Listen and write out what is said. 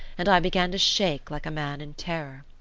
and i began to shake like a man in terror.